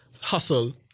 hustle